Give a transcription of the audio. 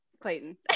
Clayton